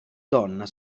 donna